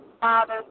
father